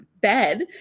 bed